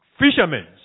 Fishermen